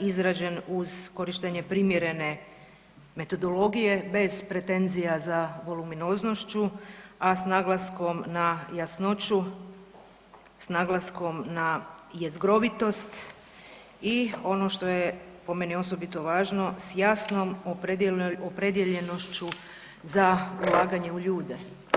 izrađen uz korištenje primjerene metodologije bez pretenzija za voluminoznošću, a s naglaskom na jasnošću, s naglaskom na jezgrovitost i ono što je po meni osobito važno s jasnom opredijeljenošću za ulaganje u ljude.